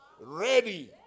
ready